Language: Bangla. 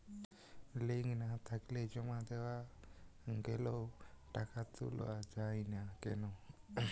লিঙ্ক না থাকলে জমা দেওয়া গেলেও টাকা তোলা য়ায় না কেন?